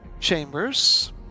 chambers